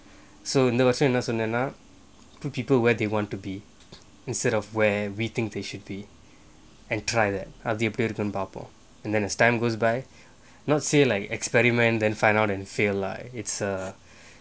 so இருந்த வருஷம் என்ன சொன்னேனா:iruntha varusham enna sonnenaa people where they want to be instead of where we think they should be and try that அது எப்படி இருக்குனு பார்ப்போம்:athu eppadi irukkunu paarpom bubble and then as time goes by not say like experiment then find out and feel like it's err